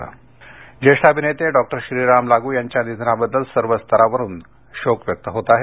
लाग श्रद्धांजली ज्येष्ठ अभिनेते डॉक्टर श्रीराम लागू यांच्या निधनाबद्दल सर्व स्तरातून शोक व्यक्त होत आहे